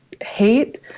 hate